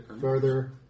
further